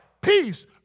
peace